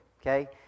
Okay